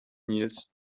nils